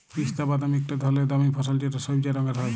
পিস্তা বাদাম ইকট ধরলের দামি ফসল যেট সইবজা রঙের হ্যয়